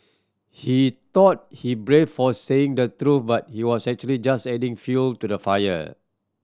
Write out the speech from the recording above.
he thought he brave for saying the truth but he was actually just adding fuel to the fire